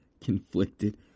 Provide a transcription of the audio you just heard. conflicted